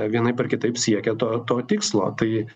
vienaip ar kitaip siekia to to tikslo tai